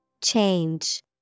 Change